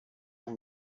auch